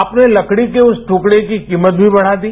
आपने लकड़ी के उस टुकड़े की कीमत भी बड़ा दी